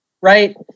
right